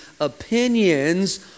opinions